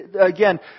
again